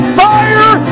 fire